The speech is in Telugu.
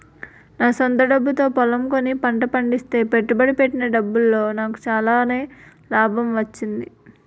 నా స్వంత డబ్బుతో పొలం కొని పంట పండిస్తే పెట్టుబడి పెట్టిన డబ్బులో నాకు చాలానే లాభం వచ్చింది